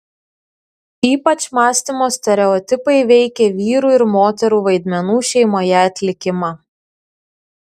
ypač mąstymo stereotipai veikė vyrų ir moterų vaidmenų šeimoje atlikimą